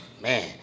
man